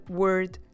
word